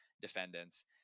defendants